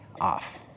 off